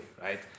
right